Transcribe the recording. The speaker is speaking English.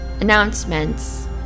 Announcements